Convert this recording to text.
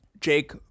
Jake